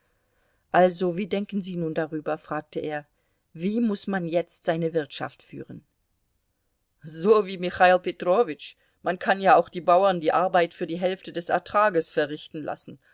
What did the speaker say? also wie denken sie nun darüber fragte er wie muß man jetzt seine wirtschaft führen so wie michail petrowitsch man kann ja auch die bauern die arbeit für die hälfte des ertrages verrichten lassen